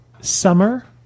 summer